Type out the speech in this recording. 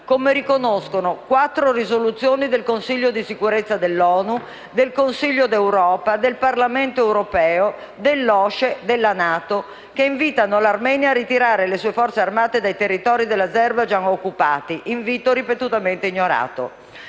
come riconoscono quattro risoluzioni del Consiglio di sicurezza dell'ONU, del Consiglio d'Europa, del Parlamento europeo, dell'OSCE e della NATO, che invitano l'Armenia a ritirare le sue forze armate dai territori dell'Azerbaigian occupati, invito ripetutamente ignorato.